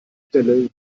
stelle